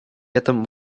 этом